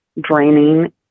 draining